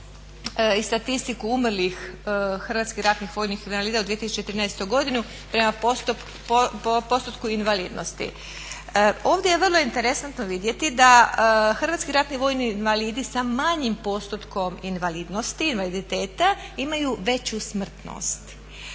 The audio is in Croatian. i statistiku umrlih HRVI-a u 2013. godini prema postotku invalidnosti. Ovdje je vrlo interesantno vidjeti da HRVI sa manjim postotkom invalidnosti, invaliditeta imaju veću smrtnost.